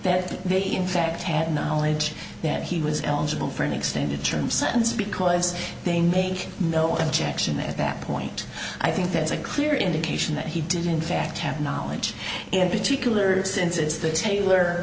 that they in fact had no knowledge that he was eligible for an extended term sentence because they make no injection at that point i think that's a clear indication that he did in fact have knowledge in particular instances that taylor